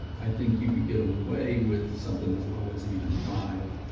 i think you could get away with something as low as even five.